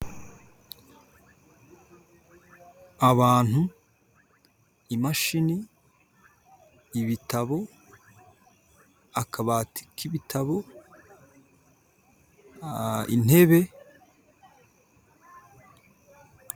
Abantu, imashini, ibitabo akabati k'ibitabo, intebe.